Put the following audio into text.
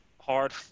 hard